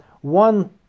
one